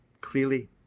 Clearly